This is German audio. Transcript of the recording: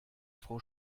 frau